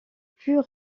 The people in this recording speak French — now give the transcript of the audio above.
plus